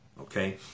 okay